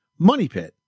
MONEYPIT